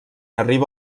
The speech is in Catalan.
arriba